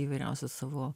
įvairiausius savo